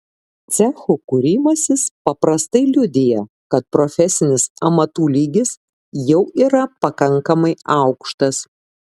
cechų kūrimasis paprastai liudija kad profesinis amatų lygis jau yra pakankamai aukštas